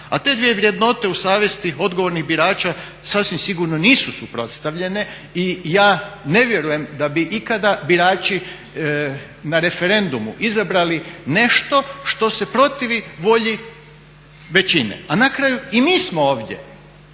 a te dvije vrednote u savjesti odgovornih birača sasvim sigurno nisu suprotstavljane i ja ne vjerujem da bi ikada birači na referendumu izabrali nešto što se protivi volji većine, a na kraju i mi smo ovdje